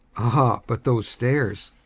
ah! but those stairs!